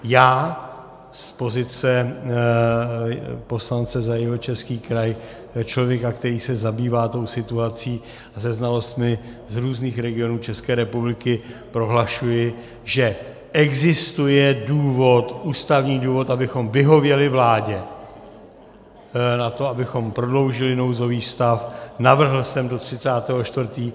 Já z pozice poslance za Jihočeský kraj, člověka, který se zabývá tou situací, se znalostmi z různých regionů České republiky prohlašuji, že existuje důvod, ústavní důvod, abychom vyhověli vládě na to, abychom prodloužili nouzový stav, navrhl jsem do 30. 4.